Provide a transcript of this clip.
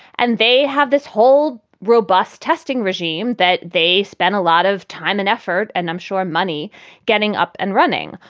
and they have this whole robust testing regime that they spent a lot of time and effort and i'm sure money getting up and running.